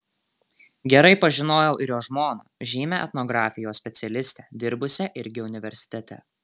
gerai pažinojau ir jo žmoną žymią etnografijos specialistę dirbusią irgi universitete